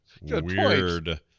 Weird